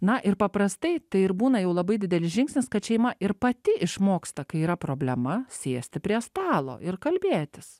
na ir paprastai tai ir būna jau labai didelis žingsnis kad šeima ir pati išmoksta kai yra problema sėsti prie stalo ir kalbėtis